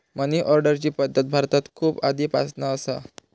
मनी ऑर्डरची पद्धत भारतात खूप आधीपासना असा